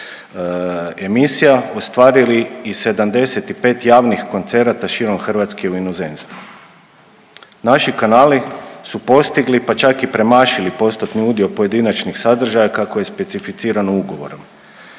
emisija ostvarili i 75 javnih koncerata širom Hrvatske i u inozemstvu. Naši kanali su postigli, pa čak i premašili postotni udio pojedinačnih sadržaja, kako je specificirano u ugovoru.